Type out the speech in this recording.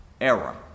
era